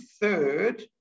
third